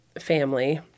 family